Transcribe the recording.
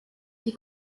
die